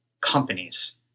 companies